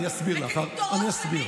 אני חייבת להבין.